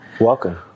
Welcome